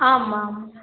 ஆமாம் ஆமாம்